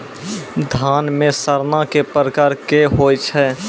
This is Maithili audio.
धान म सड़ना कै प्रकार के होय छै?